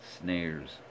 snares